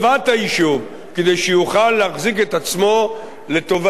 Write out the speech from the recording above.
כדי שיוכל להחזיק את עצמו לרווחת התושבים,